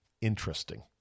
interesting